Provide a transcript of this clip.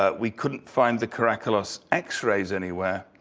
ah we couldn't find the caraculus x-rays anywhere,